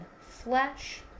flesh